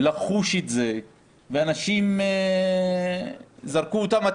לחוש את זה, זרקו אנשים הצידה